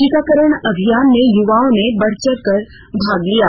टीकाकरण अभियान में युवाओं ने बढ़चढ़ कर भाग लिया